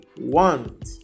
want